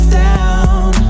down